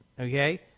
okay